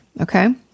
Okay